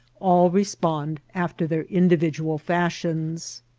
all respond after their individual fashions.